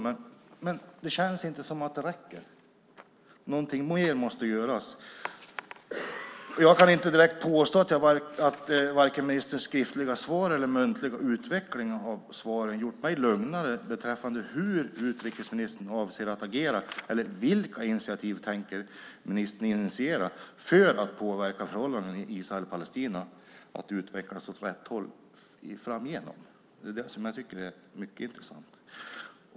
Men det känns inte som att det räcker. Någonting mer måste göras. Jag kan inte direkt påstå att vare sig ministerns skriftliga svar eller muntliga utveckling av svaret har gjort mig lugnare beträffande hur utrikesministern avser att agera eller vilka initiativ ministern tänker ta för att påverka förhållandena i Israel och Palestina att utvecklas åt rätt håll framgent. Det är det som jag tycker är mycket intressant.